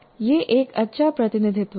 यह एक अच्छा प्रतिनिधित्व है